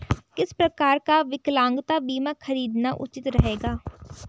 किस प्रकार का विकलांगता बीमा खरीदना उचित रहेगा?